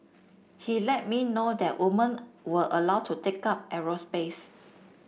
he let me know that women were allowed to take up aerospace